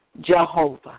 Jehovah